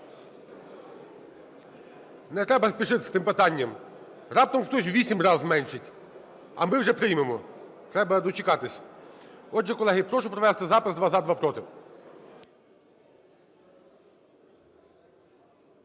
Не треба спішити з тим питанням – раптом хтось у 8 разів зменшить, а ми вже приймемо – треба дочекатись. Отже, колеги, прошу провести запис: два – за,